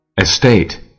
estate